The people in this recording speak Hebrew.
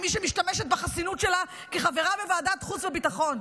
כמי שמשתמשת בחסינות שלה כחברה בוועדת חוץ וביטחון: